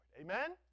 Amen